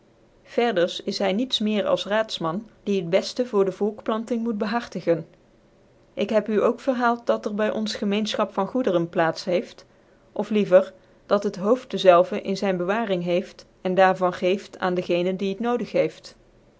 verders is hy niet meer als raadsman die het befte voor dc volkplanting moet behartigen ik heb u ook verhaald dat er by ons gemeenfchap van goederen plaats heeft of liever dat het hooft dezelve in zyn bewaring heeft cn daar van geeft aan den gecne die het nodig heeft